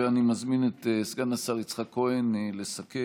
אני מזמין את סגן השר יצחק כהן לסכם,